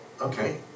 okay